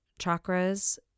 chakras –